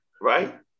right